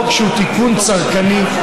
חוק שהוא תיקון צרכני,